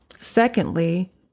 Secondly